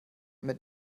mit